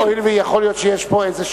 אני מציע, הואיל ויכול להיות שיש פה איזו,